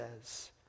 says